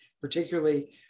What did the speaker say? particularly